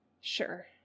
sure